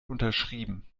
unterschrieben